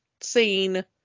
scene